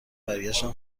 برگشتن